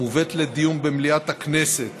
המובאת לדיון במליאת הכנסת